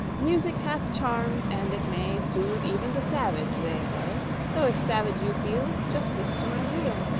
music hath charms, and it may soothe even the savage, they say so if savage you feel just list to my reel,